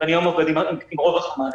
ואני היום עובד עם רוב חמ"לים.